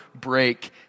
break